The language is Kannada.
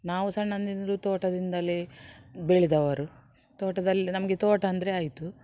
ನಾವು ಸಣ್ಣಂದಿಂದಲೂ ತೋಟದಿಂದಲೇ ಬೆಳೆದವರು ತೋಟದಲ್ಲಿ ನಮಗೆ ತೋಟ ಅಂದರೆ ಆಯಿತು